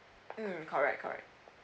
mm correct correct